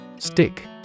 Stick